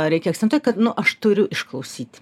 reikia akcentuot kad nu aš turiu išklausyti